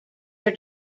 are